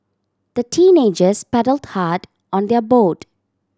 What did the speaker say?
the teenagers paddled hard on their boat